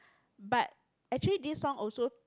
but actually this song also